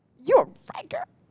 you're right girl